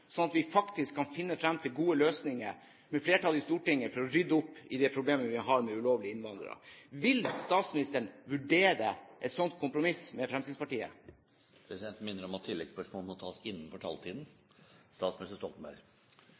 at vi faktisk kan finne frem til gode løsninger, med flertallet i Stortinget, for å rydde opp i det problemet vi har med ulovlige innvandrere. Vil statsministeren vurdere et slikt kompromiss med Fremskrittspartiet? Presidenten minner om at oppfølgingsspørsmål må tas innenfor taletiden.